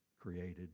created